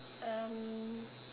um